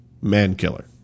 man-killer